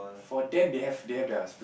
for them they have they have theirs